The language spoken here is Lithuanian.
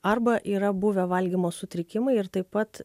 arba yra buvę valgymo sutrikimai ir taip pat